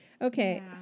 Okay